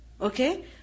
okay